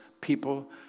people